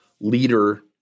leader